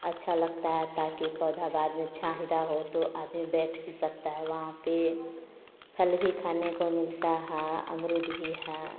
अच्छा लगता है ताकि पौधा बाद में छाया दे रहा हो तो आदमी बैठ भी सकता है वहाँ पर फल भी खाने को मिलता है अमरुद भी है